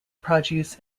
produce